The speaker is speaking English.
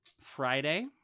Friday